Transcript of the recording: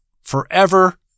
forever